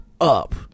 up